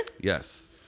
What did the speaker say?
Yes